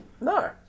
no